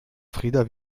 frida